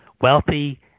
wealthy